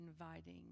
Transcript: inviting